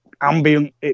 ambient